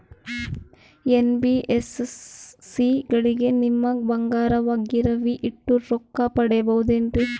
NBFC ಗಳಲ್ಲಿ ನಮ್ಮ ಬಂಗಾರನ ಗಿರಿವಿ ಇಟ್ಟು ರೊಕ್ಕ ಪಡೆಯಬಹುದೇನ್ರಿ?